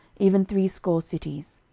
even threescore cities.